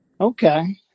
okay